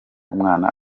umwana